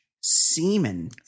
semen